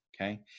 Okay